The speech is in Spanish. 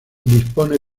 dispone